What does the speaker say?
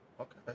Okay